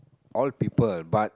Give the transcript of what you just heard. all people but